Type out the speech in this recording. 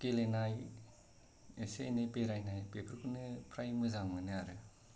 गेलेनाय एसे एनै बेरायनाय बेफोरखौनो फ्राय मोजां मोनो आरो